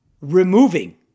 removing